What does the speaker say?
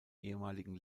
ehemaligen